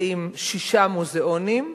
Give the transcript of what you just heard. נמצאים שישה מוזיאונים,